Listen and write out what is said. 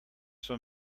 sont